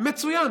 מצוין.